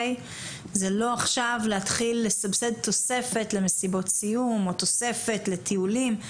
זה לא עכשיו להתחיל לסבסד תוספת למסיבות סיום או תוספת לטיולים,